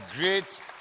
great